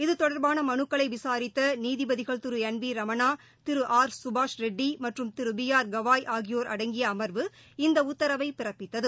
இது தொடர்பான மனுக்களை விசாரித்த நீதிபதிகள் திரு என் வி ரமணா திரு ஆர் சுபாஷ்ரெட்டி மற்றும் திரு பி ஆர் கவாய் ஆகியோர் அடங்கிய அமா்வு இந்த உத்தரவை பிறப்பித்தது